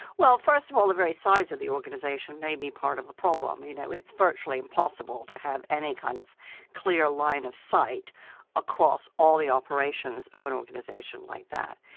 well, first of all, the very size of the organization may be part of the problem. you know it's virtually impossible to have any kind of clear line of sight across all the operations of an organization like that.